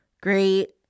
great